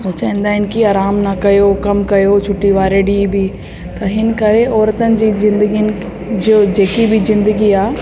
हू चवंदा आहिनि की आरामु न कयो कमु कयो छुटीअ वारे ॾींहुं बि त हिन करे औरतुनि जी ज़िंदगियुनि जो जेकी बि ज़िंदगी आहे